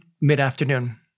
mid-afternoon